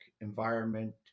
environment